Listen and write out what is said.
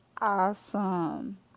Awesome